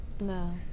No